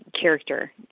character